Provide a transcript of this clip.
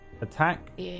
attack